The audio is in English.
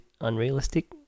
unrealistic